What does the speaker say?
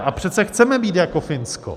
A přece chceme být jako Finsko.